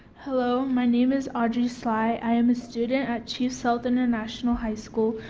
hello, my name is audrey slye, i am a student at chief sealth international high school,